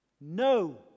no